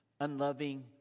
unloving